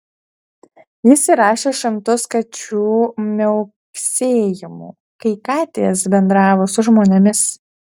jis įrašė šimtus kačių miauksėjimų kai katės bendravo su žmonėmis